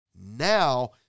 Now